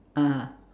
ah